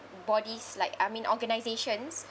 bodies like I mean organizations